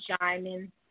shining